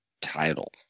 title